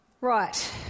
Right